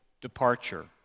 departure